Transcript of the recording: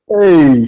Hey